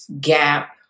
gap